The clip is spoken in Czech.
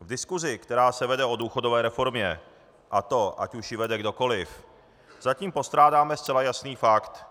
V diskusi, která se vede o důchodové reformě, a to ať už ji vede kdokoliv, zatím postrádáme zcela jasný fakt.